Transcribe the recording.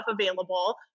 available